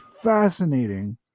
fascinating